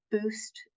boost